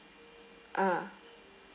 ah